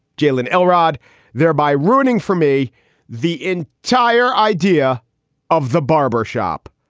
jalen elrod thereby ruining for me the entire idea of the barber shop,